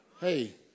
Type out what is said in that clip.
Hey